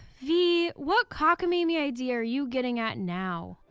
vee, what cockamamie idea are you getting at now?